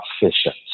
efficient